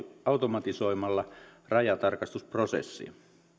automatisoimalla rajatarkastusprosessia